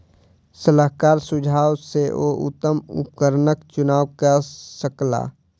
सलाहकारक सुझाव सॅ ओ उत्तम उपकरणक चुनाव कय सकला